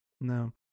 No